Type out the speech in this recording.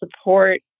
support